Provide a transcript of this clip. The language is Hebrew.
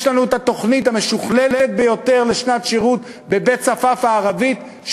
יש לנו התוכנית המשוכללת ביותר לשנת שירות בבית-צפפא הערבית,